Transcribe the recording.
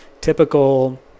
typical